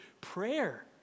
prayer